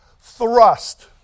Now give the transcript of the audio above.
Thrust